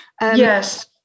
yes